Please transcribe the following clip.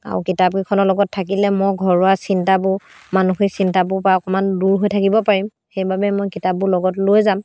আৰু কিতাপখনৰ লগত থাকিলে মই ঘৰুৱা চিন্তাবোৰ মানসিক চিন্তাবোৰ পৰা অকণমান দূৰ হৈ থাকিব পাৰিম সেইবাবে মই কিতাপবোৰ লগত লৈ যাম